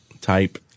type